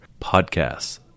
podcasts